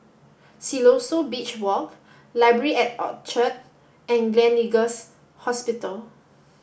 Siloso Beach Walk Library at Orchard and Gleneagles Hospital